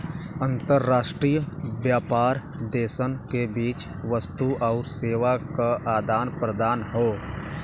अंतर्राष्ट्रीय व्यापार देशन के बीच वस्तु आउर सेवा क आदान प्रदान हौ